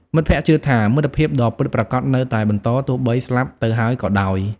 មិត្តភក្តិជឿថា មិត្តភាពដ៏ពិតប្រាកដនៅតែបន្តទោះបីស្លាប់ទៅហើយក៏ដោយ។